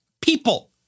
people